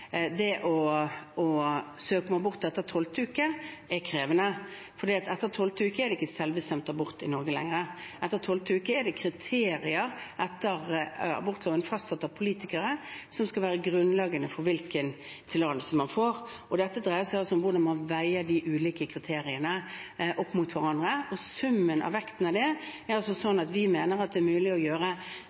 Det å søke om abort etter 12. uke er krevende, for etter 12. uke er det ikke lenger selvbestemt abort i Norge. Etter 12. uke er det kriterier etter abortloven, fastsatt av politikere, som skal være grunnlaget for hvilken tillatelse man får. Dette dreier seg altså om hvordan man veier de ulike kriteriene opp mot hverandre. Summen av vekten av det er sånn at vi mener det er mulig å gjøre